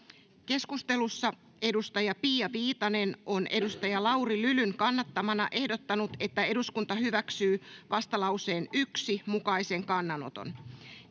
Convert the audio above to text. Keskustelussa edustaja Pia Viitanen on edustaja Lauri Lylyn kannattamana ehdottanut, että eduskunta hyväksyy vastalauseen 1 mukaisen kannanoton,